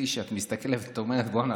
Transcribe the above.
את מסתכלת ואומרת: בוא'נה,